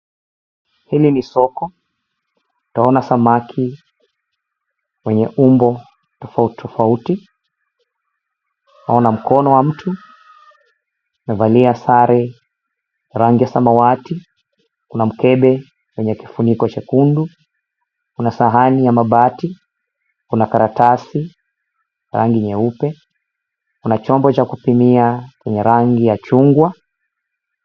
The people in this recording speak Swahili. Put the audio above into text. Hili ni soko, naona samaki wenye umbo tofauti tofauti , naona mkono wa mtu amevalia sare ya rangi ya samawati , kuna mkebe yenye kifuniko chekundu , kuna sahani ya mabati, kuna karatasi rangi nyeupe, kuna chombo cha kupimia yenye rangi ya chungwa.